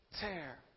tear